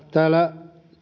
täällä